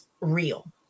real